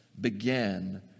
began